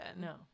No